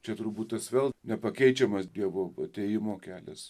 čia turbūt tas vėl nepakeičiamas dievo atėjimo kelias